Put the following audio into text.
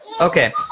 Okay